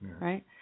right